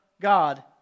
God